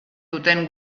duten